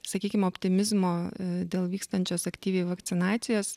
sakykim optimizmo dėl vykstančios aktyviai vakcinacijos